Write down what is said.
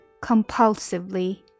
compulsively